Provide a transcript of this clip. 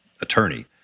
attorney